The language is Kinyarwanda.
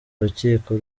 urukiko